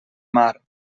mar